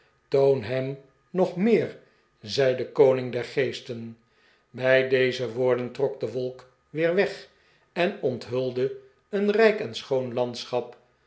toon hem nog meer zei de koning der geesten bij deze woorden trok de wolk weer weg en onthulde een rijk en schoon landschap